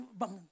bang